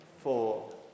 four